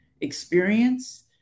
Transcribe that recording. experience